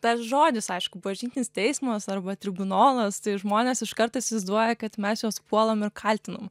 tas žodis aišku bažnytinis teismas arba tribunolas tai žmonės iškart įsivaizduoja kad mes juos puolam ir kaltinam